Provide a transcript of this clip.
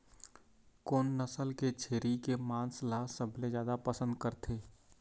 कोन नसल के छेरी के मांस ला सबले जादा पसंद करथे?